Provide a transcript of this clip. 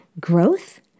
growth